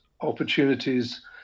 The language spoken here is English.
opportunities